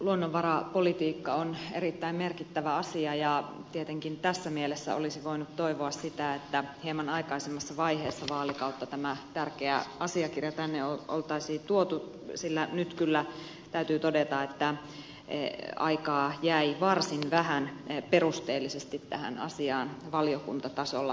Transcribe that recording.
luonnonvarapolitiikka on erittäin merkittävä asia ja tietenkin tässä mielessä olisi voinut toivoa sitä että hieman aikaisemmassa vaiheessa vaalikautta tämä tärkeä asiakirja tänne olisi tuotu sillä nyt kyllä täytyy todeta että aikaa jäi varsin vähän perusteellisesti tähän asiaan valiokuntatasolla perehtyä